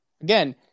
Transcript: Again